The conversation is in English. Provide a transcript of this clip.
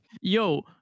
Yo